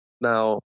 Now